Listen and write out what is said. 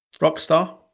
Rockstar